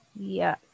Yuck